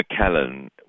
McKellen